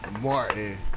Martin